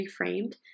reframed